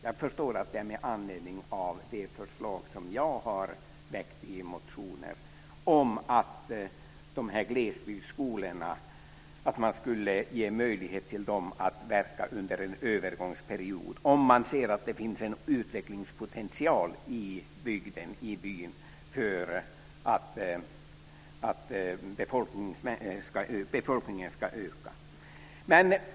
Jag förstår att det är med anledning av de förslag som jag har väckt i motioner om att man skulle ge möjlighet för glesbygdsskolor att verka under en övergångsperiod om man ser att det finns en utvecklingspotiential i bygden och om det finns en möjlighet att befolkningen ska öka.